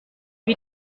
wie